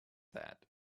that